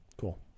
cool